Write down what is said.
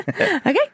Okay